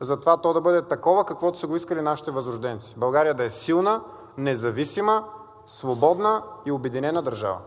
за това то да бъде такова, каквото са го искали нашите възрожденци – България да е силна, независима, свободна и обединена държава.